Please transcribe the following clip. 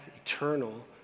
eternal